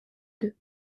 deux